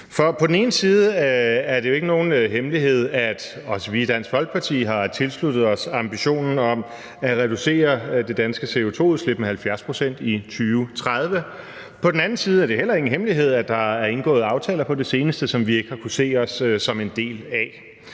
For på den ene side er det jo ikke nogen hemmelighed, at også vi i Dansk Folkeparti har tilsluttet os ambitionen om at reducere det danske CO2-udslip med 70 pct. i 2030. På den anden side er det heller ingen hemmelighed, at der er indgået aftaler på det seneste, som vi ikke har kunnet se os som en del af.